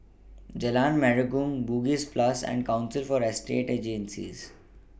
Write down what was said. Jalan Menarong Bugis Plus and Council For Estate Agencies